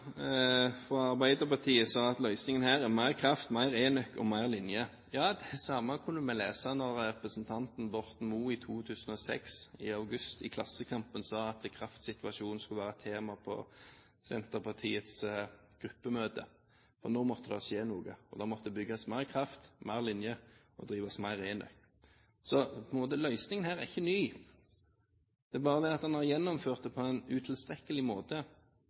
fra Arbeiderpartiet sa at løsningen her er mer kraft, mer enøk og mer linje. Det samme kunne vi lese da representanten Borten Moe i august 2006 i Klassekampen sa at kraftsituasjonen skulle være et tema på Senterpartiets gruppemøte, for nå måtte det skje noe. Og det måtte bygges mer kraft og mer linje og drives mer enøk. Løsningen her er ikke ny, det er bare det at en har gjennomført det på en utilstrekkelig måte.